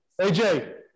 AJ